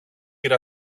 κυρ